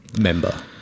member